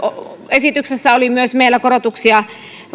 esityksessä myös korotuksia